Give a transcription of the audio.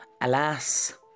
alas